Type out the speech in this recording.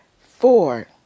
Four